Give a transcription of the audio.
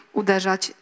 uderzać